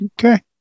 Okay